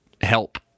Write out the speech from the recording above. help